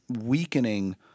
weakening